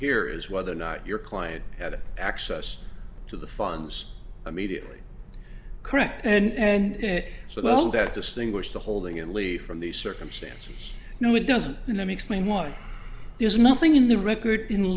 here is whether or not your client had access to the funds a media correct and it so well that distinguish the holding in leave from these circumstances no it doesn't explain why there's nothing in the record in